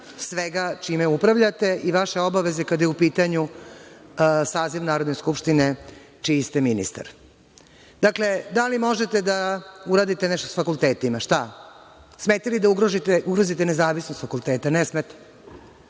svega čime upravljate i vaše obaveze kada je u pitanju saziv Narodne skupštine čiji ste ministar. Dakle, da li možete da uradite nešto sa fakultetima? Šta? Smete li da ugrozite nezavisnost fakulteta? Ne smete.